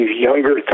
younger